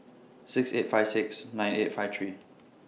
six eight five six nine eight five three